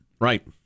Right